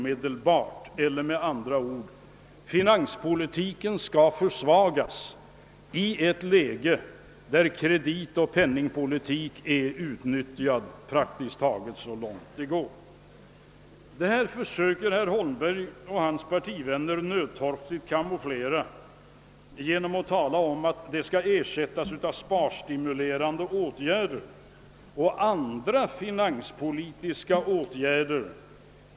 Man vill alltså att finanspolitiken skall försvagas i ett läge där kreditoch pen ningpolitikens möjligheter är utnyttjade praktiskt taget så långt det går. Detta förhållande försöker herr Holmberg och hans partivänner nödtorftigt kamouflera genom att tala om att det i stället skall sättas in sparstimulerande och andra finanspolitiska åtgärder.